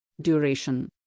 duration